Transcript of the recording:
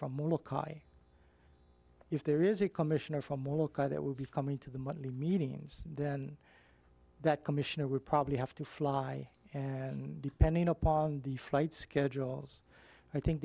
from if there is a commissioner from will car that would be coming to the monthly meetings then that commissioner would probably have to fly and depending upon the flight schedules i think